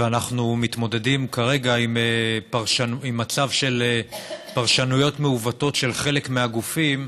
ואנחנו מתמודדים כרגע עם מצב של פרשנויות מעוותות של חלק מהגופים,